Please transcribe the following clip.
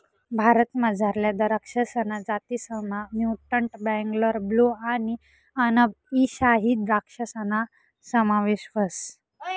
भारतमझारल्या दराक्षसना जातीसमा म्युटंट बेंगलोर ब्लू आणि अनब ई शाही द्रक्षासना समावेश व्हस